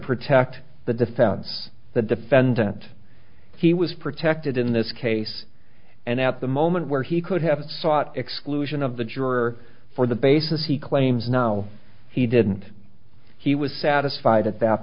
protect the defense the defendant he was protected in this case and at the moment where he could have sought exclusion of the juror for the basis he claims now he didn't he was satisfied at that